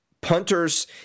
punters